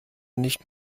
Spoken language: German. nicht